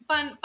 Fun